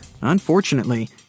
Unfortunately